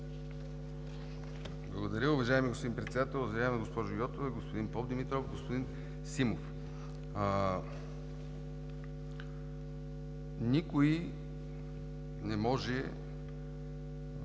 Благодаря, уважаеми господин Председател. Уважаема госпожо Йотова, господин Попдимитров, господин Симов! Никой не може